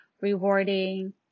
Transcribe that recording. rewarding